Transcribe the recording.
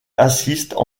assistent